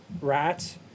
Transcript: rats